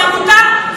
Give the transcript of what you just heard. היא עמותה,